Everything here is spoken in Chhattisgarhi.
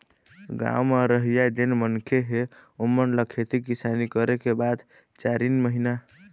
गाँव म रहइया जेन मनखे हे ओेमन ल खेती किसानी करे के बाद चारिन महिना